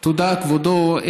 תודה, כבודו.